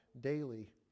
daily